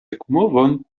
ekmovon